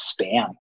spam